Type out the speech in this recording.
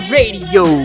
Radio